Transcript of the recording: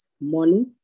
money